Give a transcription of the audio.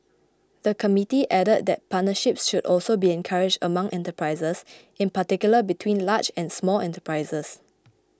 the committee added that partnerships should also be encouraged among enterprises in particular between large and small enterprises